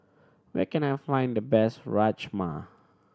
where can I find the best Rajma